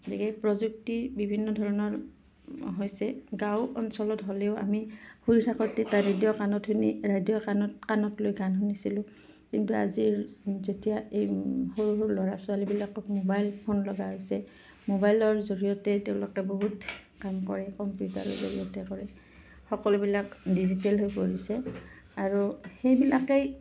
গতিকে প্ৰযুক্তি বিভিন্ন ধৰণৰ হৈছে গাঁও অঞ্চলত হ'লেও আমি সৰু থাকোঁতে এটা ৰেডিঅ' কাণত শুনি ৰেডিঅ' কাণত কাণত লৈ গান শুনিছিলোঁ কিন্তু আজিৰ যেতিয়া এই সৰু সৰু ল'ৰা ছোৱালীবিলাকক ম'বাইল ফোন লগা হৈছে ম'বাইলৰ জৰিয়তে তেওঁলোকে বহুত কাম কৰে কম্পিউটাৰৰ জৰিয়তে কৰে সকলোবিলাক ডিজিটেল হৈ পৰিছে আৰু সেইবিলাকেই